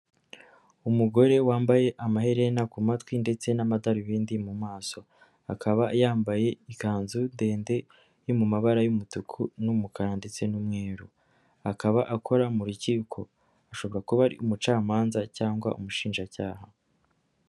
Umugore wambaye amaherena ku matwi ndetse n'amadarubindi mu maso, akaba yambaye ikanzu ndende iri mu mabara y'umutuku, umukara ndetse n'umweru, akaba akora mu rukiko ashobora kuba ari umucamanza cyangwa umushinjacyaha.